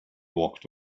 walked